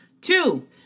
Two